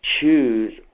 choose